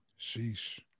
Sheesh